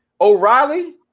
O'Reilly